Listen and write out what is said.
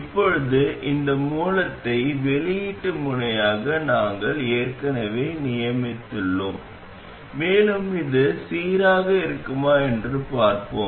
இப்போது இந்த மூலத்தை வெளியீட்டு முனையாக நாங்கள் ஏற்கனவே நியமித்துள்ளோம் மேலும் இது சீராக இருக்குமா என்று பார்ப்போம்